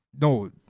No